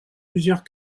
plusieurs